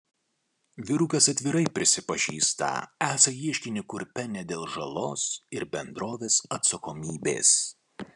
vyrukas atvirai prisipažįsta esą ieškinį kurpia ne dėl žalos ir bendrovės atsakomybės